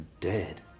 dead